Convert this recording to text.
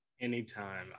Anytime